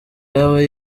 yaba